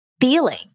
feeling